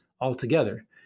altogether